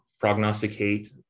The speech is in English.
prognosticate